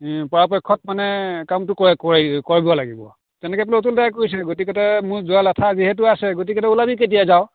পৰাপক্ষত মানে কামটো কৰে কৰি কৰিব লাগিব তেনেকে বুলি অতুল দাই কৈছিল গতিকতো মই যোৱাৰ লেঠা যিহেতু আছে গতিকে তই ওলাবি কেতিয়া যাৱ